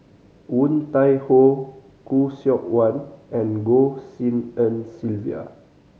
Woon Tai Ho Khoo Seok Wan and Goh Tshin En Sylvia